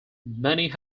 many